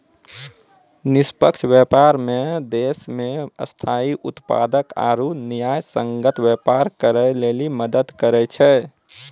निष्पक्ष व्यापार मे देश मे स्थायी उत्पादक आरू न्यायसंगत व्यापार करै लेली मदद करै छै